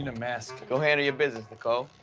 and master. go handle your business nicole.